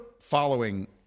following